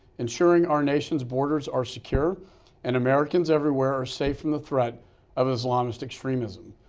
ensuring our nation's borders are secure and americans everywhere are safe from the threat of islamist extremism.